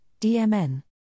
DMN